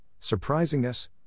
surprisingness